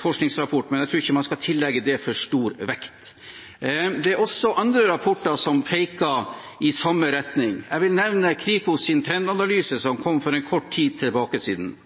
forskningsrapport – men jeg tror ikke man skal tillegge dette for stor vekt. Det er også andre rapporter som peker i samme retning. Jeg vil nevne Kripos’ trendanalyse, som kom for kort tid siden.